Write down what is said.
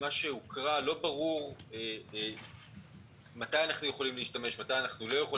ממה שהוקרא לא ברור מתי אנחנו יכולים להשתמש ומתי לא,